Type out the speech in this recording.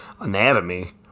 anatomy